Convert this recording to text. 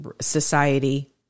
society